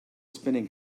spinning